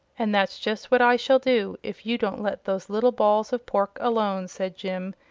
and that's just what i shall do if you don't let those little balls of pork alone, said jim,